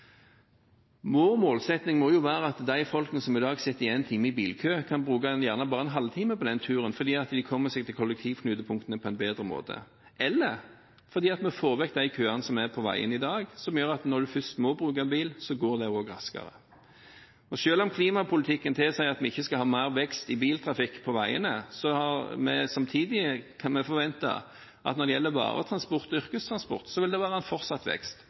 Vår målsetting må være at de som i dag sitter i en time i bilkø, kan bruke kanskje bare en halvtime på den turen, fordi de kommer seg til kollektivknutepunktene på en bedre måte – eller fordi vi får vekk de køene som er på veien i dag, slik at når en først må bruke en bil, går det også raskere. Og selv om klimapolitikken tilsier at vi ikke skal ha mer vekst i biltrafikk på veiene, kan vi samtidig forvente at når det gjelder varetransport og yrkestransport, vil det være en fortsatt vekst